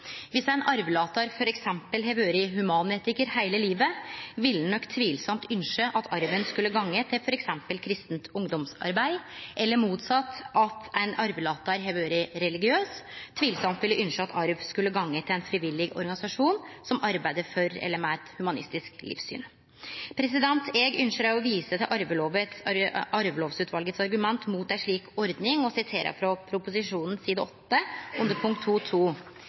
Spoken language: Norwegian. ein arvelatar f.eks. har vore humanetikar heile livet, ville han nok tvilsamt ynskje at arven skulle gå til f.eks. kristent ungdomsarbeid, eller motsett – ein arvelatar som har vore religiøs, ville tvilsamt ynskje at arven skulle gå til ein frivillig organisasjon som arbeider for eller med eit humanistisk livssyn. Eg ynskjer òg å vise til Arvelovutvalet sitt argument mot ei slik ordning, og siterer frå proposisjonen side 8 under